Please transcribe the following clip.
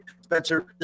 Spencer